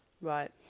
Right